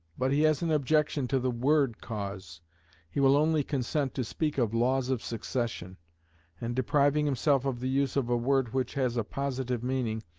but he has an objection to the word cause he will only consent to speak of laws of succession and depriving himself of the use of a word which has a positive meaning,